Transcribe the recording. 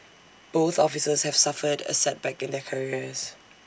both officers have suffered A setback in their careers